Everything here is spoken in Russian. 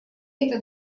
эта